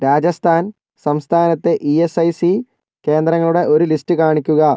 രാജസ്ഥാൻ സംസ്ഥാനത്തെ E S I C കേന്ദ്രങ്ങളുടെ ഒരു ലിസ്റ്റ് കാണിക്കുക